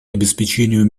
обеспечению